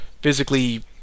physically